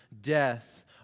death